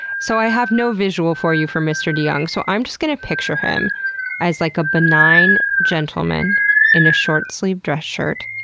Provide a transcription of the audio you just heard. so, i have no visual for you for mr. deyoung so i'm just going to picture him as like a benign gentleman in a short-sleeve dress shirt,